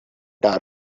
dark